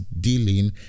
dealing